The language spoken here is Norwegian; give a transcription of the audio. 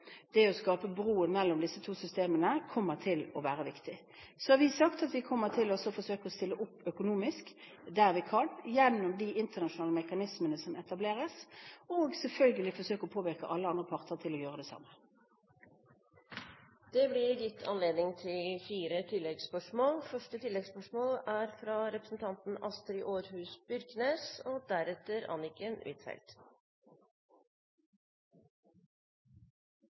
det å skape bro mellom disse to systemene kommer til å være viktig. Så har vi sagt at vi kommer til å forsøke å stille opp økonomisk der vi kan, gjennom de internasjonale mekanismene som etableres, og selvfølgelig forsøke å påvirke alle andre parter til å gjøre det samme. Det blir gitt anledning til fire oppfølgingsspørsmål, først Astrid Aarhus Byrknes. Situasjonen i Ukraina er enno veldig uoversiktleg og skjør, og